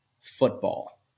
football